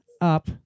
up